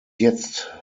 jetzt